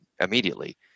immediately